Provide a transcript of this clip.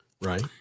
right